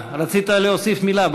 רצית להוסיף מילה.